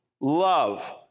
Love